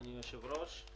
אדוני היושב-ראש,